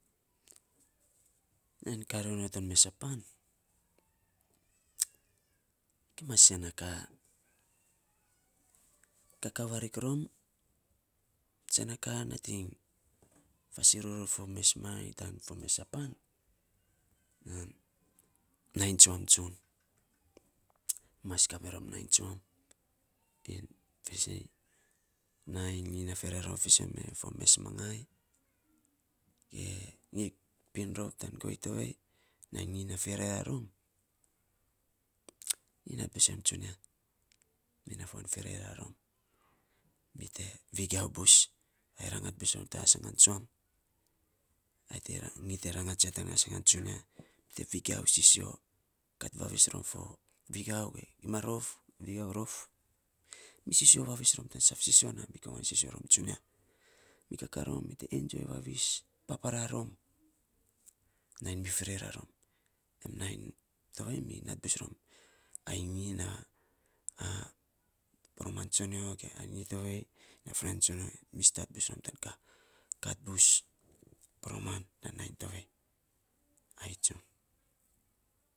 Nainy kaa ronyo tan mesa pan kima sen na ka kakaa varik rom, sen na ka nating fasiru ror mes mangai tan mesa pan nainy tsuam tsun. mas kamiron nainy tsuam nainy ferera rom fiisen men fo mes mangai ge nyi pin rom tan guei tovei, nainy nyi nai ferera rom, nyi nat busem tsunia. Mina fuan ferera rom. Mi te vegiau bus, ai rangat bus non tan asangan tsuam, ai te, nyi te rangats ya tan asangan tsunia mi te vegiau sisio. Kat vavis rom fo vegiau ge gima rof ge vegiau rof, mi sisio vavis rom tan saf sisio na mi komain sisio rom tsunia. Mi kakaa rom mi te enjoi vavis papara rom, nai mi ferera rom, ai tovei mi nat bus rom ai nyi na poroman tsonyo ge ainyi tovei a fren tsonyo. Mi stat bus rom tan ka kat bus poroman tan nainy tovei, ai tsun.